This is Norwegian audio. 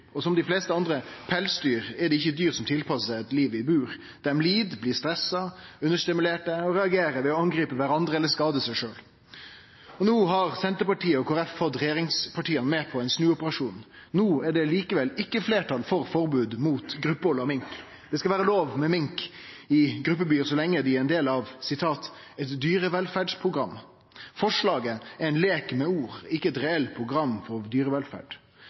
og som dei fleste andre pelsdyr er dei ikkje dyr som tilpassar seg eit liv i bur. Dei lid, blir stressa, understimulerte og reagerer ved å angripe kvarandre eller skade seg sjølve. No har Senterpartiet og Kristeleg Folkeparti fått regjeringspartia med på ein snuoperasjon. No er det likevel ikkje fleirtal for forbod mot gruppehald av mink. Det skal vere lov med mink i gruppebur, så lenge dei er del av «et dyrevelferdsprogram». Forslaget er ein leik med ord, ikkje eit reelt program for dyrevelferd.